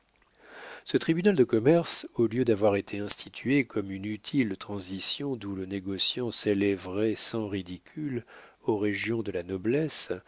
ce tribunal de commerce au lieu d'avoir été institué comme une utile transition d'où le négociant s'élèverait sans ridicule aux régions de la noblesse